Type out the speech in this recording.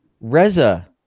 Reza